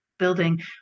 building